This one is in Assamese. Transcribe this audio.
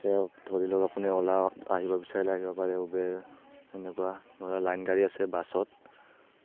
ধৰি লওক আপুনি অ'লা আহিব বিচাৰিলে আহিব পাৰে ওবেৰ এনেকুৱা নাইবা লাইন গাড়ী আছে বাছত